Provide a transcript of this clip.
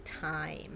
time